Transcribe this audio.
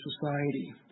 society